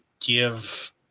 give